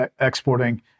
exporting